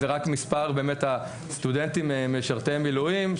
זה רק מספר הסטודנטים משרתי מילואים.